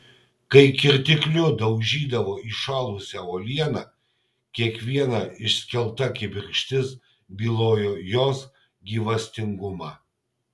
kai kirtikliu daužydavo įšalusią uolieną kiekviena išskelta kibirkštis bylojo jos gyvastingumą